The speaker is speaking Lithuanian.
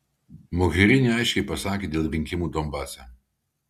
mogherini aiškiai pasakė dėl rinkimų donbase